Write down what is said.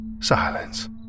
Silence